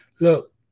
Look